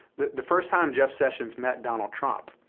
the the first time jeff sessions met donald trump,